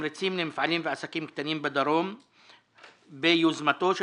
ותמריצים למפעלים ועסקים קטנים בדרום ביוזמתו של